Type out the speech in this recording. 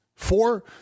Four